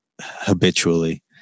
habitually